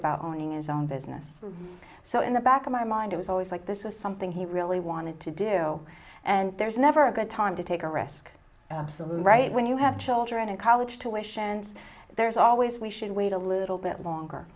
about owning his own business so in the back of my mind it was always like this was something he really wanted to do and there's never a good time to take a risk absolutely right when you have children and college tuitions there's always we should wait a little bit longer